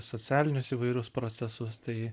socialinius įvairius procesus tai